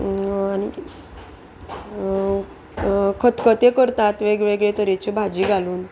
आनीक खतखतें करतात वेगवेगळे तरेची भाजी घालून